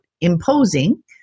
imposing